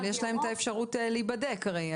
אבל יש להם את האפשרות בעצם להיבדק הרי,